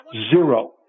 zero